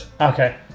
Okay